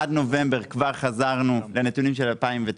עד נובמבר כבר חזרנו לנתונים של 2019,